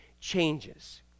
changes